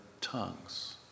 tongues